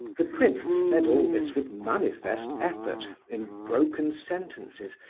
the prince said all this with manifest effort in broken sentences,